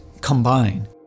combine